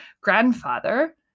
grandfather